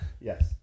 Yes